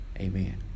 amen